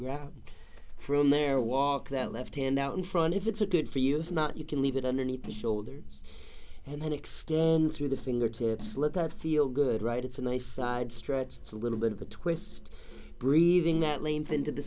ground from there walk that left hand out in front if it's a good for you not you can leave it underneath the shoulders and then extend through the fingertips let that feel good right it's a nice side stretch it's a little bit of a twist breathing that leans into the